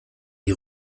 die